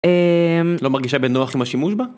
לא מרגישה בנוח עם השימוש בה?